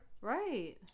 Right